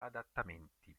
adattamenti